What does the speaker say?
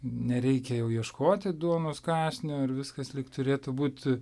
nereikia jau ieškoti duonos kąsnio ir viskas lyg turėtų būti